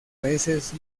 veces